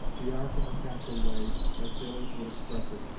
the ark and the castle lay, as sailors would express it,